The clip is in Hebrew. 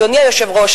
אדוני היושב-ראש,